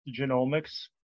genomics